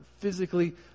physically